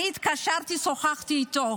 אני התקשרתי אליו, שוחחתי איתו.